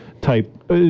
type